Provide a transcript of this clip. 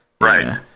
Right